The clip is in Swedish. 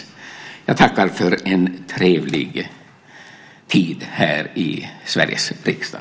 Jag tackar för en trevlig tid här i Sveriges riksdag.